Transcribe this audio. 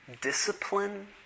discipline